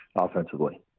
offensively